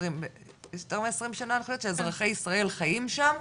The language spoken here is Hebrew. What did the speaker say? יותר מ-20 שנה שאזרחי ישראל חיים שם.